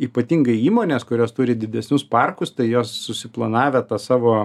ypatingai įmonės kurios turi didesnius parkus tai jos susiplanavę tą savo